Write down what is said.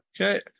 Okay